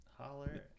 Holler